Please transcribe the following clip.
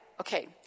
okay